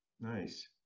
Nice